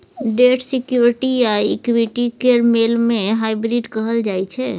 date security आ equity केर मेल केँ हाइब्रिड कहल जाइ छै